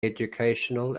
educational